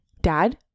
Dad